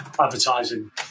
advertising